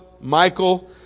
michael